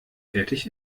fertig